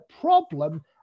problem